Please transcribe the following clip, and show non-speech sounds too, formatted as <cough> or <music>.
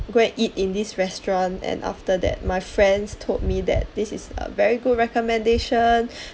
go and eat in this restaurant and after that my friends told me that this is a very good recommendation <breath>